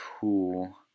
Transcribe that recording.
cool